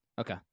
Okay